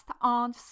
on